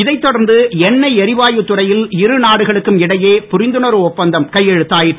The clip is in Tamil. இதைத் தொடர்ந்து எண்ணெய் எரிவாயு துறையில் இரு நாடுகளுக்கும் இடையே புரிந்துணர்வு ஒப்பந்தம் கையெழுத்தாயிற்று